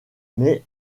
mais